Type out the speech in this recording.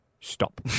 stop